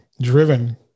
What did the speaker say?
driven